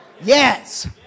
Yes